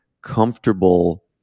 comfortable